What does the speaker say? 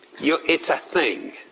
yeah it's a thing,